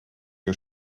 que